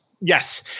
Yes